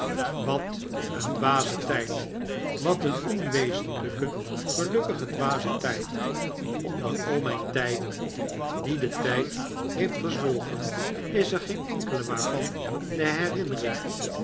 wat een dwaze tijd wat een onwezenlijke gelukkige dwaze tijd onder al mijn tijden die de tijd heeft verzwolgen is er geen enkele waarvan de herinnering